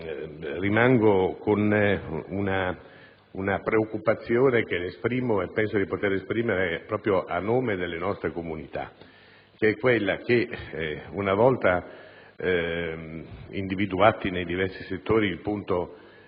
che rimango con una preoccupazione che penso di poter esprimere proprio a nome delle nostre comunità: temo che una volta individuati nei diversi settori i punti